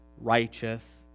righteous